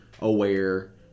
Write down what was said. aware